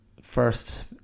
First